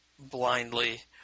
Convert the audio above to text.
blindly